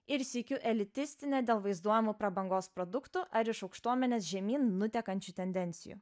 ir sykiu elitistinė dėl vaizduojamų prabangos produktų ar iš aukštuomenės žemyn nutekančių tendencijų